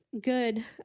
good